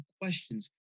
questions